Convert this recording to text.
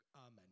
Amen